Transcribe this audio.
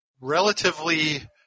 relatively